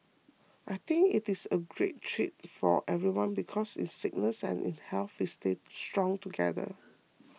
I think it is a great treat for everyone because in sickness and in health we stay strong together